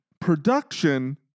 production